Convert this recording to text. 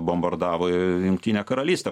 bombardavo jungtinę karalystę